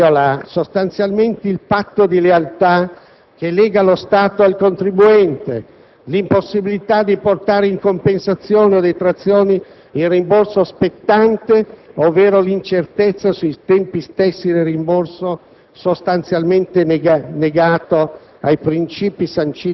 Questo decreto viola sostanzialmente il patto di lealtà che lega lo Stato al contribuente. L'impossibilità di portare in compensazione o detrazione il rimborso spettante, ovvero l'incertezza sui tempi stessi del rimborso sostanzialmente negano